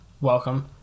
Welcome